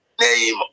name